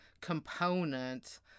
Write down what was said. component